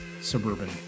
suburban